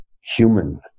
human